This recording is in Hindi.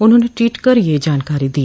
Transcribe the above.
उन्होंने ट्वीट कर यह जानकारी दी